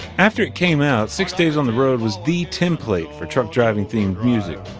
after it came out, six days on the road was the template for truck-driving-themed music.